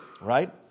Right